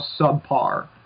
subpar